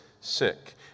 sick